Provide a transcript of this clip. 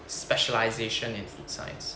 specialisation in food science